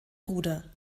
bruder